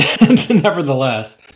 nevertheless